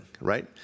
right